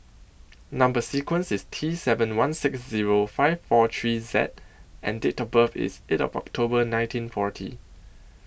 Number sequence IS T seven one six Zero five four three Z and Date of birth IS eight of October nineteen forty